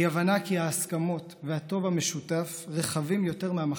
היא ההבנה שההסכמות והטוב המשותף רחבים יותר מהמחלוקות,